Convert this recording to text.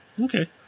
Okay